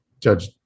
judge